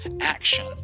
action